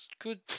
good